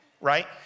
right